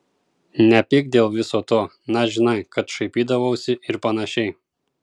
nepyk dėl viso to na žinai kad šaipydavausi ir panašiai